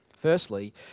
Firstly